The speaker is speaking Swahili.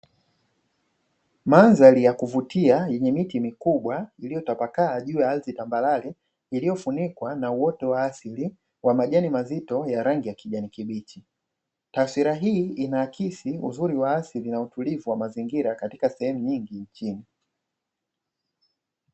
Mandhari ya kuvutia yenye miti mikubwa iliyotapakaa juu ya ardhi tambarare iliyofunikwa na uoto wa asili wa majani mazito ya rangi ya kijani kibichi. Taswira hii inaakisi uzuri wa asili na utulivu wa mazingira katika sehemu nyingi nchini.